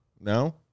No